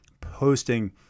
posting